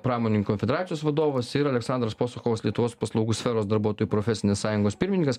pramoninkų konfederacijos vadovas ir aleksandras posuchovas lietuvos paslaugų sferos darbuotojų profesinės sąjungos pirmininkas